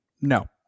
No